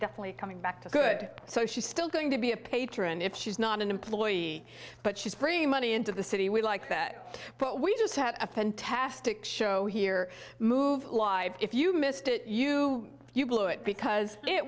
definitely coming back to good so she's still going to be a patron if she's not an employee but she's bringing money into the city we like that but we just had a fantastic show here move live if you missed it you you blew it because it